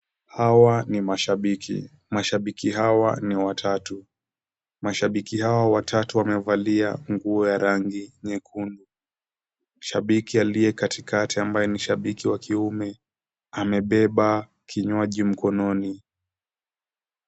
Hawa ni mashabiki. Mashabiki hawa ni watatu. Mashabiki hawa watatu wamevalia nguo ya rangi nyekundu. Shabiki aliyekatikati ambaye ni shabiki wa kiume amebeba kinywaji mkononi.